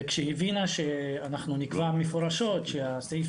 כשהיא הבינה שאנחנו נקבע מפורשות שהסעיף